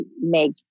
make